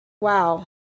wow